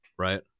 Right